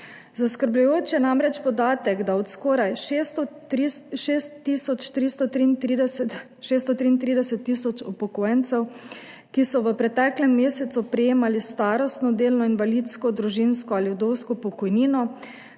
Zaskrbljujoč je namreč podatek, da od skoraj 633 tisoč upokojencev, ki so v preteklem mesecu prejemali starostno, delno invalidsko, družinsko ali vdovsko pokojnino,